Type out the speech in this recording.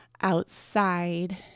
outside